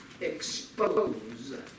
expose